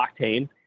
Octane